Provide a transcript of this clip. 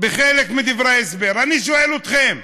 בחלק מדברי ההסבר, אני שואל אתכם: